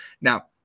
Now